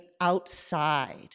outside